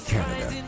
Canada